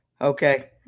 Okay